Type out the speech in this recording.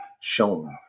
shown